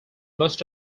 most